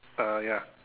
uh ya